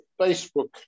Facebook